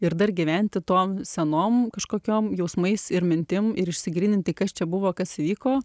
ir dar gyventi tom senom kažkokiom jausmais ir mintim ir išsigryninti kas čia buvo kas įvyko